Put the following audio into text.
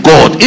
God